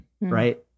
right